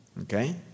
Okay